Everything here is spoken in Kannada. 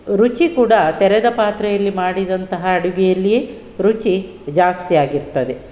ರುಚಿ ಕೂಡ ತೆರೆದ ಪಾತ್ರೆಯಲ್ಲಿ ಮಾಡಿದಂತಹ ಅಡುಗೆಯಲ್ಲಿಯೇ ರುಚಿ ಜಾಸ್ತಿಯಾಗಿರ್ತದೆ